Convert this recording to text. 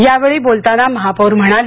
यावेळी बोलताना महापौर म्हणाले